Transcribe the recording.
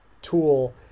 tool